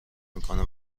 میکنه